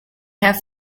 have